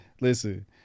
listen